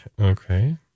Okay